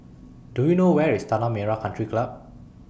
Do YOU know Where IS Tanah Merah Country Club